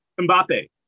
Mbappe